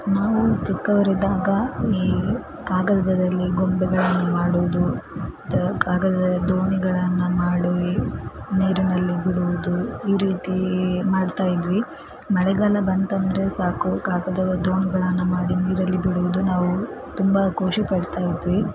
ನಾವು ಚಿಕ್ಕವರಿದ್ದಾಗ ಈ ಕಾಗದದಲ್ಲಿ ಗೊಂಬೆಗಳನ್ನು ಮಾಡುವುದು ಮತ್ತು ಕಾಗದದ ದೋಣಿಗಳನ್ನು ಮಾಡಿ ನೀರಿನಲ್ಲಿ ಬಿಡುವುದು ಈ ರೀತಿ ಮಾಡ್ತಾ ಇದ್ವಿ ಮಳೆಗಾಲ ಬಂತಂದರೆ ಸಾಕು ಕಾಗದದ ದೋಣಿಗಳನ್ನು ಮಾಡಿ ನೀರಲ್ಲಿ ಬಿಡುವುದು ನಾವು ತುಂಬ ಖುಷಿ ಪಡ್ತಾ ಇದ್ವಿ